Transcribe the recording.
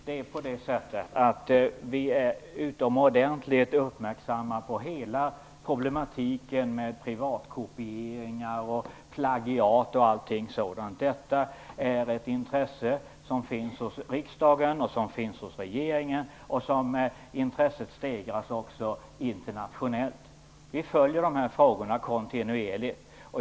Herr talman! Vi är utomordentligt uppmärksamma på hela problematiken med piratkopieringar, plagiat och allting sådant. Detta är ett intresse som finns både hos riksdagen och hos regeringen, och intresset stegras också internationellt. Vi följer de här frågorna kontinuerligt.